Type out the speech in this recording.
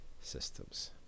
Systems